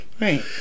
Right